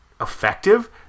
effective